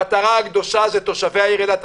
המטרה הקדושה היא תושבי העיר אילת.